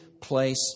place